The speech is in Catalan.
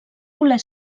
voler